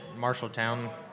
Marshalltown